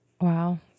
Wow